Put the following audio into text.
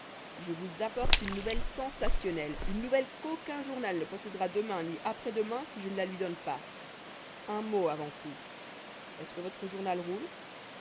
je vous apporte une nouvelle sensationnelle une nouvelle qu'aucun journal ne possédera demain ni après-demain si je ne la lui donne pas un mot avant tout est-ce que votre journal roule